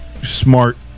smart